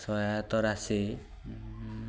ସହାୟତ ରାଶି